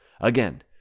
Again